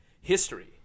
history